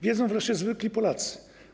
Wiedzą wreszcie zwykli Polacy.